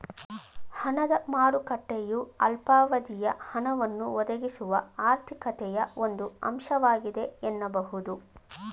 ಹಣದ ಮಾರುಕಟ್ಟೆಯು ಅಲ್ಪಾವಧಿಯ ಹಣವನ್ನ ಒದಗಿಸುವ ಆರ್ಥಿಕತೆಯ ಒಂದು ಅಂಶವಾಗಿದೆ ಎನ್ನಬಹುದು